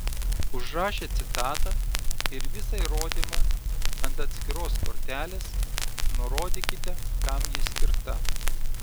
užrašę citatą ir visą įrodymą ant atskiros kortelės nurodykite kam ji skirta